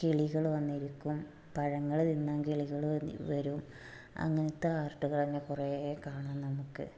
കിളികൾ വന്നിരിക്കും പഴങ്ങൾ തിന്നാൻ കിളികൾ വരും അങ്ങനത്തെ ആർട്ട്കൾ കുറെ കാണാം നമുക്ക്